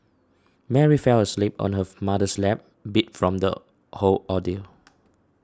Mary fell asleep on her mother's lap beat from the whole ordeal